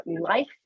life